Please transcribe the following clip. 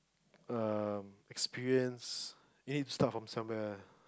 um experience we need start from somewhere